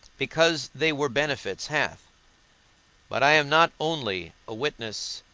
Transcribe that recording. because they were benefits, hath but i am not only a witness,